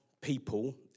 people